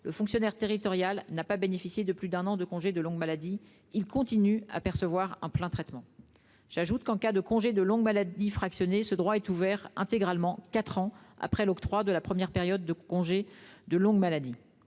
le fonctionnaire territorial n'a pas bénéficié de plus d'un an de congé de longue maladie, il continue à percevoir un plein traitement. En cas de congé de longue maladie fractionné, ce droit est rouvert intégralement quatre ans après l'octroi de la première période de congé de longue maladie.